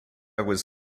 was